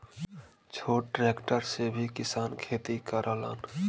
छोट ट्रेक्टर से भी किसान खेती करलन